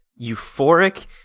euphoric